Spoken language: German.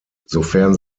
sofern